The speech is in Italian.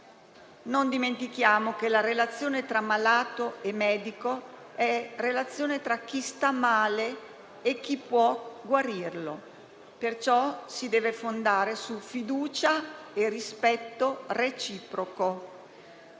Non dimentichiamo che la relazione tra malato e medico è relazione tra chi sta male e chi può guarirlo, perciò si deve fondare su fiducia e rispetto reciproco.